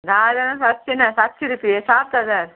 ना जाल्या सातशी ना सातशी रुपये सात हजार